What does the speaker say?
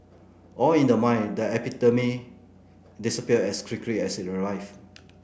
all in the mind the epidemic disappeared as quickly as it arrived